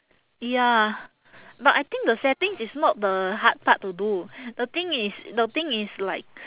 ya but I think the settings is not the hard part to do the thing is the thing is like